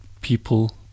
people